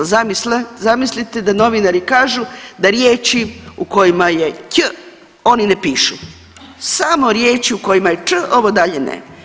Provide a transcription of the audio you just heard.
Zamislite da novinari kažu da riječi u kojima će Ć oni ne pišu samo riječi u kojima je Č ovo dalje ne.